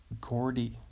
Gordy